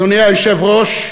אדוני היושב-ראש,